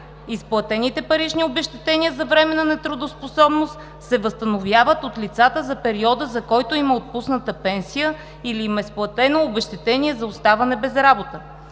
Изплатените парични обезщетения за временна нетрудоспособност се възстановяват от лицата за периода, за който им е отпусната пенсия или им е изплатено обезщетение за оставане без работа.“